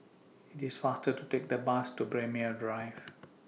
IT IS faster to Take The Bus to Braemar Drive